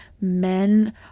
men